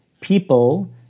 people